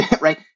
right